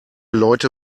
leute